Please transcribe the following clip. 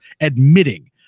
admitting